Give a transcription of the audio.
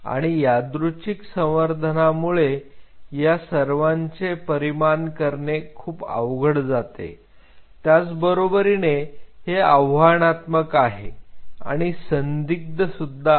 आणि यादृच्छिक संवर्धनामुळे या सर्वांचे परिमान करणे खूप अवघड जाते त्याचबरोबरीने हे आव्हानात्मक आहे आणि संदिग्ध सुद्धा आहे